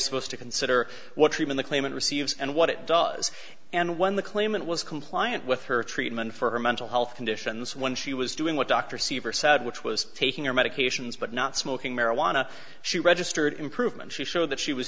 supposed to consider what freeman the claimant receives and what it daws and when the claimant was compliant with her treatment for mental health conditions when she was doing what dr seaver said which was taking her medications but not smoking marijuana she registered improvement she showed that she was